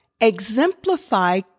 Exemplify